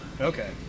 okay